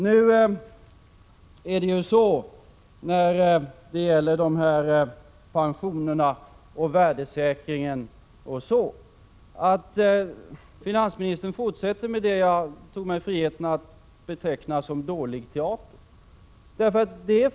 När det gäller värdesäkringen av pensionerna fortsatte finansministern med det som jag tog mig friheten att beteckna som dålig teater.